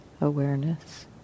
awareness